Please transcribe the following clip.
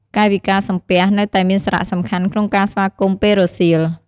កាយវិការសំពះ នៅតែមានសារៈសំខាន់ក្នុងការស្វាគមន៍ពេលរសៀល។